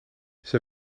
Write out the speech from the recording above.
zij